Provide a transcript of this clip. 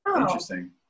Interesting